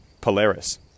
polaris